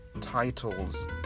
titles